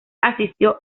asistió